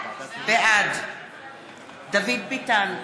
בעד דוד ביטן,